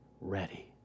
ready